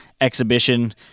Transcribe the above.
exhibition